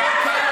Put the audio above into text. הן לא קיימות.